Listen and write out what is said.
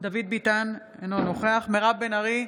דוד ביטן, אינו נוכח מירב בן ארי,